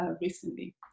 recently